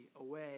away